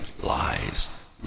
lies